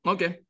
Okay